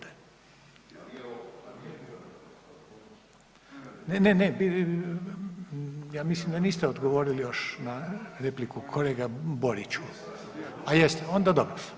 Ne, ne, ne, ja mislim da niste odgovorili još na repliku kolega Boriću … [[Upadica iz klupe se ne razumije]] A jeste, onda dobro.